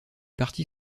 parti